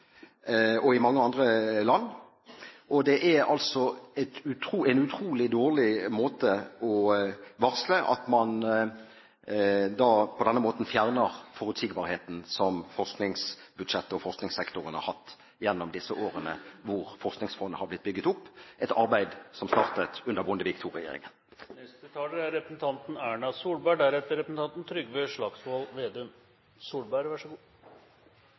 og i mange andre land. Det er en utrolig dårlig måte å varsle på at man fjerner forutsigbarheten som forskningsbudsjettet og forskningssektoren har hatt gjennom disse årene hvor Forskningsfondet har blitt bygget opp, et arbeid som startet under Bondevik II-regjeringen. Det har vært en lang dag med mange interessante innlegg. En trontale er